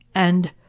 and